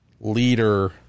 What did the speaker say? leader